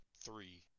three